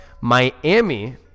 Miami